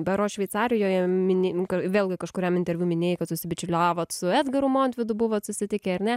berods šveicarijoje minė kur vėlgi kažkuriam interviu minėjai kad susibičiuliavot su edgaru montvidu buvot susitikę ar ne